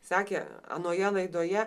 sakė anoje laidoje